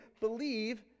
believe